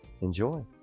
Enjoy